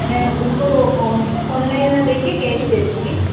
मैं उनको online ना दे कर कैश दे दूँगी